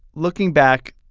looking back,